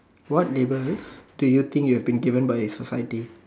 what labels do you think you have been given by society